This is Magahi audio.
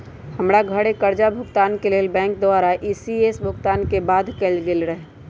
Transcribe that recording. हमर घरके करजा भूगतान के लेल बैंक द्वारा इ.सी.एस भुगतान के बाध्य कएल गेल रहै